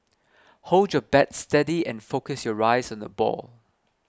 hold your bat steady and focus your eyes on the ball